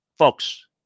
Folks